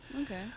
Okay